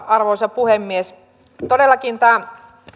arvoisa puhemies todellakin tämä